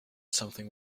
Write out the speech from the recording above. something